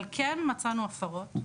אבל כן מצאנו הפרות.